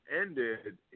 ended